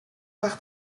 voir